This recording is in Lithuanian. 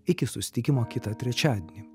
iki susitikimo kitą trečiadienį